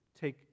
take